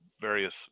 various